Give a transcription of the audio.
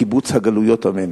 לקיבוץ הגלויות, אמן.